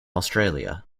australia